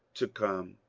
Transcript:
to come?